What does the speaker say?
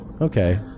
okay